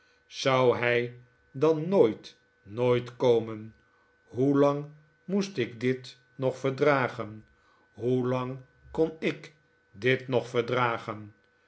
zou hij dan nooit nooit komen hoelang moest ik dit hog verdragen hoelang kon ik dit nog verdragen